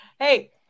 Hey